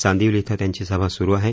चांदिवली इथं त्यांची सभा सुरू आहे